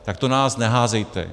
Tak to na nás neházejte.